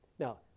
Now